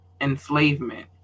enslavement